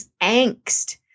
angst